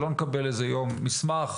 שלא נקבל איזה יום מסמך,